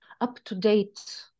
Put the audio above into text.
up-to-date